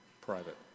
private